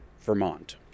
Vermont